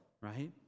right